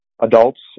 adults